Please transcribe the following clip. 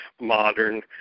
modern